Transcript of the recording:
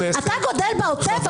אתה גדל בעוטף?